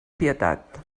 pietat